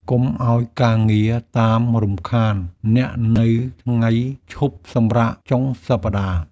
កុំឱ្យការងារតាមរំខានអ្នកនៅថ្ងៃឈប់សម្រាកចុងសប្តាហ៍។